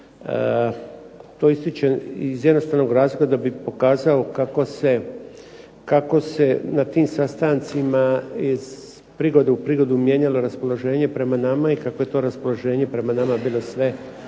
To ističem iz jednostavnog razloga da bih pokazao kako se na tim sastancima iz prigode u prigodu mijenjalo raspoloženje prema nama i kako je to raspoloženje prema nama bilo sve